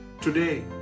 today